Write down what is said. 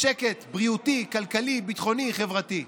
לשקט בריאותי, כלכלי, ביטחוני וחברתי.